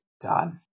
done